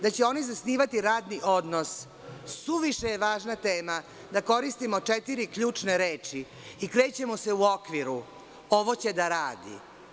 Da će oni zasnivati radni odnos to je suviše važna tema da koristimo četiri ključne reči i krećemo se u okviru ovo će da radi.